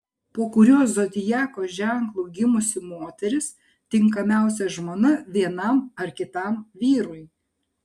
po kuriuo zodiako ženklu gimusi moteris tinkamiausia žmona vienam ar kitam vyrui